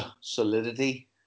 solidity